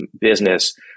business